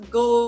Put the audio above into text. go